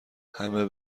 همه